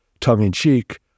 tongue-in-cheek